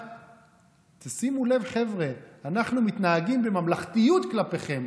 תשימו לב, חבר'ה, אנחנו מתנהגים בממלכתיות כלפיכם.